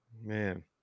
Man